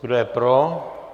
Kdo je pro?